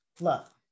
Look